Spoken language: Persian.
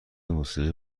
موسیقی